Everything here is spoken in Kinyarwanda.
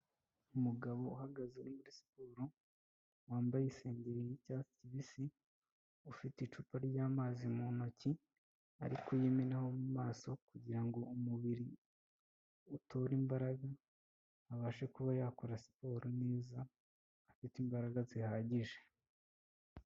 Umugabo uhagaze uri muri siporo wambaye isengeri y'icyatsi kibisi, ufite icupa ry'amazi mu ntoki ari kuyimenaho mu maso kugira ngo umubiri utorere imbaraga, abashe kuba yakora siporo neza afite imbaraga zihagije.